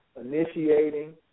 initiating